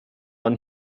man